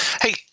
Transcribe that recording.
Hey